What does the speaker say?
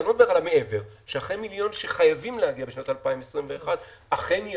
ואני לא מדבר על מעבר שחייבים להגיע בשנת 2021 אכן יגיעו,